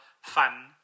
fun